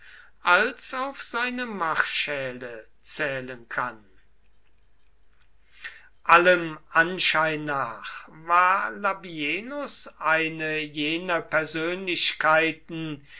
als auf seine marschälle zählen kann allem anschein nach war labienus eine jener persönlichkeiten